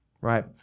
right